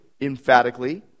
emphatically